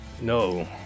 No